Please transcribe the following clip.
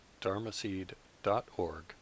dharmaseed.org